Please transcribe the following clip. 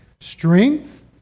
strength